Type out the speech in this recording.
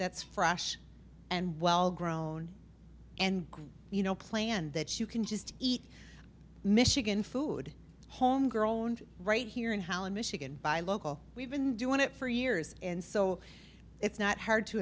that's fresh and well grown and grown you know planned that you can just eat michigan food homegrown right here in holland michigan by local we've been doing it for years and so it's not hard to